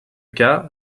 cas